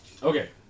Okay